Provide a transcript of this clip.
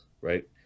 right